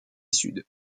sud